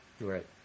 Right